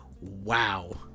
Wow